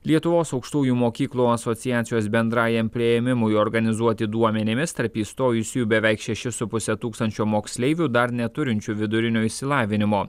lietuvos aukštųjų mokyklų asociacijos bendrajam priėmimui organizuoti duomenimis tarp įstojusiųjų beveik šeši su puse tūkstančio moksleivių dar neturinčių vidurinio išsilavinimo